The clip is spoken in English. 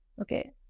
Okay